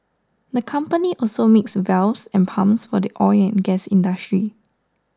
the company also makes valves and pumps for the oil and gas industry